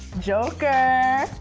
joker.